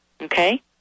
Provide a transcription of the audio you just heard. okay